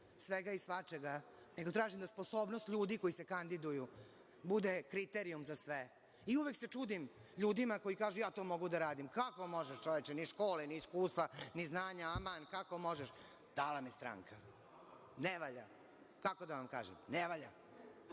svega i svačega, nego tražim da sposobnost ljudi koji se kandiduju bude kriterijum za sve. I, uvek se čudim ljudima, koji kažu – ja to mogu da radim. Kako možeš čoveče, ni škole, ni iskustva, ni znanja, aman, kako možeš? Dala mi stranka. Ne valja. Kako da vam kažem, ne valja. Dakle,